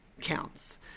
counts